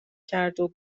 کردو